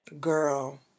Girl